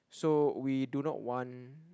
so we do not want